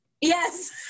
Yes